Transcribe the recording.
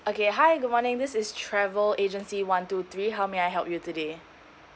okay hi good morning this is travel agency one two three how may I help you today